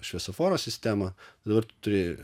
šviesoforo sistemą dabar tu turi